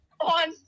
On